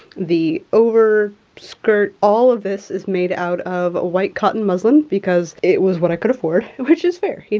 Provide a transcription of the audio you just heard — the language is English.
the over skirt, all of this is made out of a white cotton muslin, because it was what i could afford, which is fair. yeah